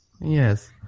Yes